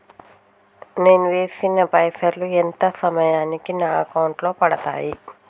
నేను వేసిన పైసలు ఎంత సమయానికి నా అకౌంట్ లో పడతాయి?